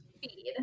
feed